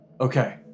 Okay